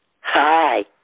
Hi